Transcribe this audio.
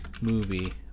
movie